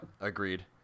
Agreed